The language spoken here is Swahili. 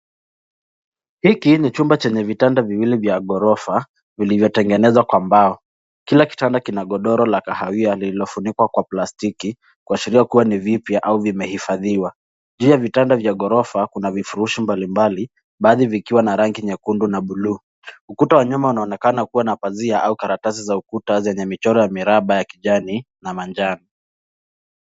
Hiki ni chumba chenye vitanda viwili vya gorofa vilivyo tengenezwa kwa mbao kila kitanda kina godoro ya kahawia lililofunikwa kwa plastiki kuashiria kuwa ni vipya au kuwa vimeifadhiwa, juu ya vitanda vya gorofa kuna vifurudhi mbalimvali baadhi vikiwa na rangi nyekundu na bluu, ukuta wa nyuma unaonekana kuwa na karatasi ya ukuta yenye miraba ya kijani na manjano.